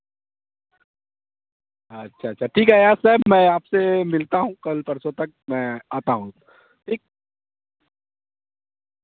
اچھا اچھا ٹھیک ہے عیاض سر میں آپ سے ملتا ہوں کل پرسوں تک میں آتا ہوں ٹھیک